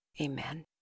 Amen